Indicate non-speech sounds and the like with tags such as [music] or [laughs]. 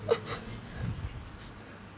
[laughs]